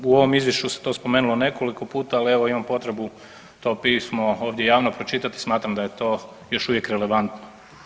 U ovom izvješću se to spomenulo nekoliko puta, ali evo imam potrebu to pismo ovdje javno pročitati, smatram da je to još uvijek relevantno.